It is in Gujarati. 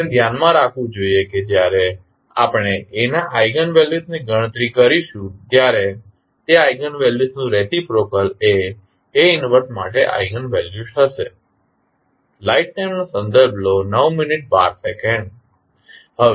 આપણે ધ્યાનમાં રાખવું જોઇએ કે જ્યારે આપણે A ના આઇગન વેલ્યુસ ની ગણતરી કરીશું ત્યારે તે આઇગન વેલ્યુસનું રેસીપ્રોકલ એ A 1 માટે આઇગન વેલ્યુસ હશે